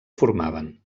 formaven